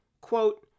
quote